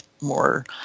more